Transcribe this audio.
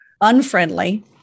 unfriendly